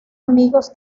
amigos